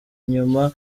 inyuma